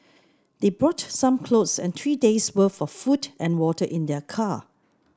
they brought some clothes and three day's worth of food and water in their car